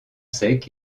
sec